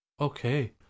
Okay